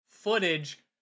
footage